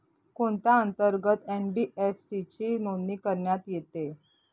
कोणत्या अंतर्गत एन.बी.एफ.सी ची नोंदणी करण्यात येते?